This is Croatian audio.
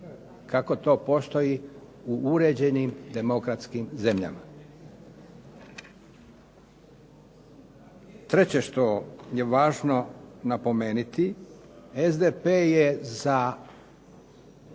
kako to postoji u uređenim demokratskim zemljama. Treće što je važno napomenuti, SDP je zalaže